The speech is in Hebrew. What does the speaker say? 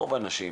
רוב האנשים,